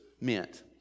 meant